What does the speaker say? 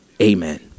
amen